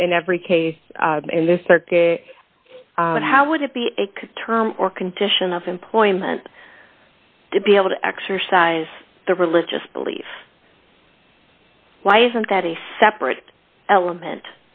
but in every case and how would it be a term or condition of employment to be able to exercise the religious belief why isn't that a separate element